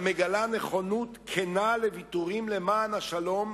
המגלה נכונות כנה לוויתורים למען השלום,